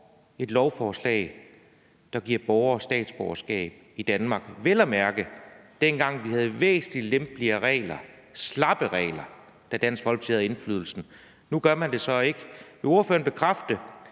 et lovforslag, der giver borgere statsborgerskab i Danmark, vel at mærke dengang vi havde væsentlig lempeligere regler, slappe regler, da Dansk Folkeparti havde indflydelsen. Nu gør man det så ikke. Vil ordføreren bekræfte,